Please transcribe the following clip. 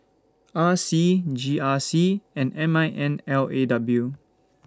R C G R C and M I N L A W